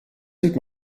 sieht